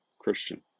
Christian